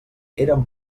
érem